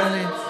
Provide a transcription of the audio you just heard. תן לי.